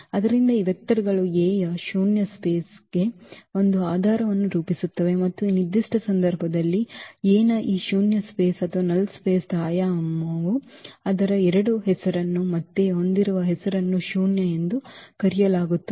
ಆದ್ದರಿಂದ ಈ ವೆಕ್ಟರ್ ಗಳು A ಯ ಶೂನ್ಯ ಸ್ಪೇಸ್ ಕ್ಕೆ ಒಂದು ಆಧಾರವನ್ನು ರೂಪಿಸುತ್ತವೆ ಮತ್ತು ಈ ನಿರ್ದಿಷ್ಟ ಸಂದರ್ಭದಲ್ಲಿ A ಯ ಈ ಶೂನ್ಯ ಸ್ಪೇಸ್ ದ ಆಯಾಮವು ಅದರ 2 ಹೆಸರನ್ನು ಮತ್ತೆ ಹೊಂದಿರುವ ಹೆಸರನ್ನು ಶೂನ್ಯ ಎಂದು ಕರೆಯಲಾಗುತ್ತದೆ